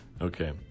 Okay